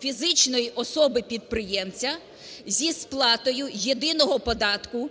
фізичної особи – підприємця зі сплатою єдиного податку